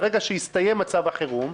ברגע שיסתיים מצב החירום,